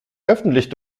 öffentlich